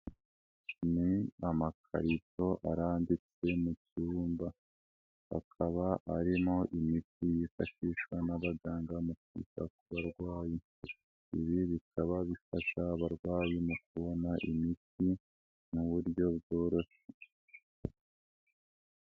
Ni amakarito arambitswe mu cyumba. Hakaba arimo imiti yifashishwa n'abaganga mu kwita ku barwayi. Ibi bikaba bifasha abarwayi mu kubona imiti mu buryo bworoshye.